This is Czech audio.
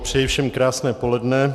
Přeji všem krásné poledne.